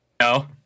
No